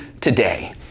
today